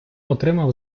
отримав